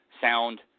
sound